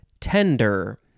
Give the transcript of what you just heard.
tender